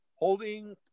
Holding